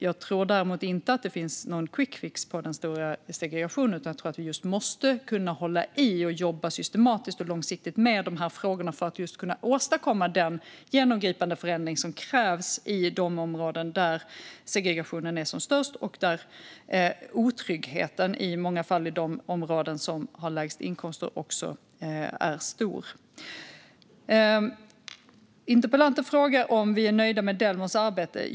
Jag tror däremot inte att det finns någon quickfix på den stora segregationen, utan jag tror att vi just måste kunna hålla i och jobba systematiskt och långsiktigt med de här frågorna, detta för att kunna åstadkomma den genomgripande förändring som krävs i de områden där segregationen är som störst och där otryggheten i många fall, i de områden som har lägst inkomster, också är stor. Interpellanten frågar om vi är nöjda med Delmos arbete.